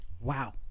Wow